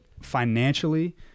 financially